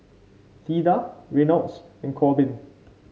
Theda Reynolds and Korbin